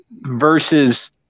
versus